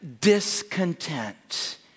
discontent